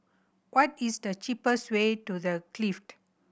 what is the cheapest way to The Clift